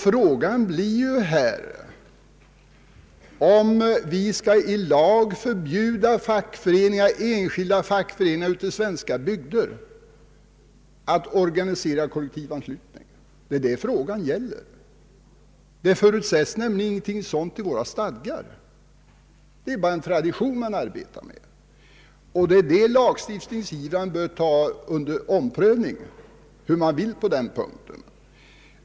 Frågan blir om vi i lag skall förbjuda enskilda fackföreningar ute i bygderna att organisera kollektivanslutning. Det är det frågan gäller. Någonting sådant förutsätts nämligen inte i LO:s stadgar, utan det är bara en tradition. Lagstiftningen skulle då tas under omprövning på den punkten.